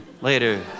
later